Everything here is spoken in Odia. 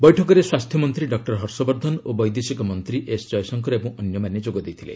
ବୈଠକରେ ସ୍ୱାସ୍ଥ୍ୟ ମନ୍ତ୍ରୀ ଡକ୍ଟର ହର୍ଷବର୍ଦ୍ଧନ ଓ ବୈଦେଶିକ ମନ୍ତ୍ରୀ ଏସ୍ ଜୟଶଙ୍କର ଏବଂ ଅନ୍ୟମାନେ ଯୋଗ ଦେଇଥିଲେ